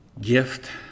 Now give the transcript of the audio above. gift